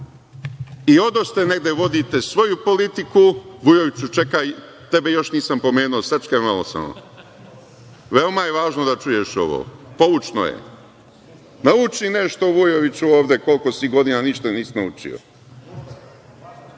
i odoste negde, vodite svoju politiku…Vujoviću čekaj, tebe još nisam pomenuo, sačekaj malo samo. Veoma je važno da čuješ ovo, poučno je. Nauči nešto, Vujoviću, koliko si godina ovde, ništa nisi naučio.